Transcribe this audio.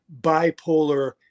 bipolar